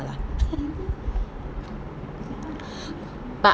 lah but